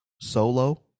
solo